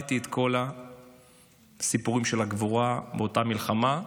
למדתי את כל הסיפורים של הגבורה באותה מלחמה.